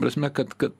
prasme kad kad